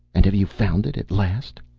and have you found it at last?